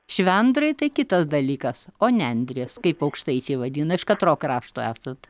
švendrai tai kitas dalykas o nendrės kaip aukštaičiai vadina iš katro krašto esat